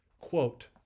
quote